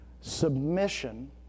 Submission